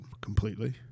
completely